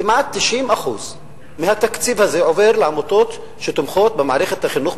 כמעט 90% מהתקציב הזה עובר לעמותות שתומכות במערכת החינוך,